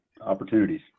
opportunities